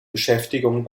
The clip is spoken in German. beschäftigung